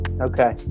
Okay